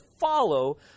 follow